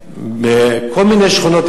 בכל מיני שכונות.